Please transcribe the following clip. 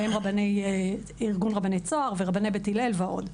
ביניהם ארגון רבני צוהר ורבני בית הלל ועוד.